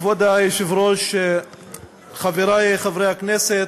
כבוד היושב-ראש, חברי חברי הכנסת,